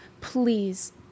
Please